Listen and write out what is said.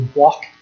walk